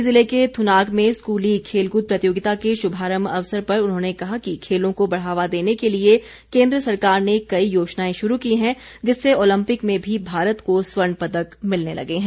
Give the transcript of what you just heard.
मण्डी ज़िले के थुनाग में स्कूली खेलकूद प्रतियोगिता के शुभारम्भ अवसर पर उन्होंने कहा कि खेलों को बढ़ावा देने के लिए केन्द्र सरकार ने कई योजनाएं शुरू की हैं जिससे ओलंपिक में भी भारत को स्वर्ण पदक मिलने लगे हैं